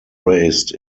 raised